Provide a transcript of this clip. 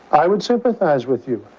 i would sympathize with you,